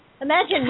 Imagine